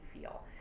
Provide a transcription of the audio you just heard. feel